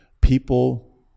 People